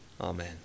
Amen